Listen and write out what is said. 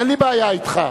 אין לי בעיה אתך.